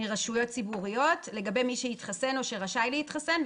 מרשויות ציבוריות לגבי מי שהתחסן או שרשאי להתחסן,